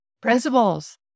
principles